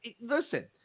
Listen